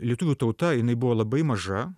lietuvių tauta jinai buvo labai maža